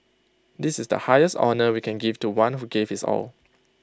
this is the highest honour we can give to one who gave his all